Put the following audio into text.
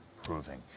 improving